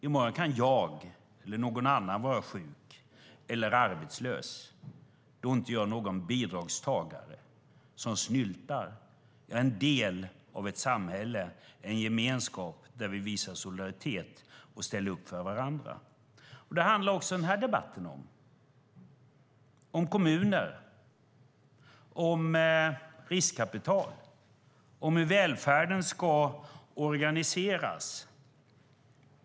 I morgon kan jag eller någon annan vara sjuk eller arbetslös. Då är inte jag någon bidragstagare som snyltar. Jag är en del av ett samhälle och en gemenskap där vi visar solidaritet och ställer upp för varandra. Det handlar också den här debatten om, den om kommuner, om riskkapital och om hur välfärden ska organiseras.